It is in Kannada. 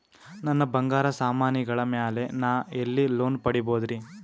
ನನ್ನ ಬಂಗಾರ ಸಾಮಾನಿಗಳ ಮ್ಯಾಲೆ ನಾ ಎಲ್ಲಿ ಲೋನ್ ಪಡಿಬೋದರಿ?